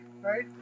right